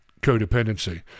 codependency